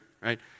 right